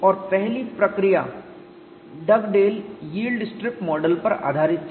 और पहली प्रक्रिया डगडेल यील्ड स्ट्रिप मॉडल पर आधारित थी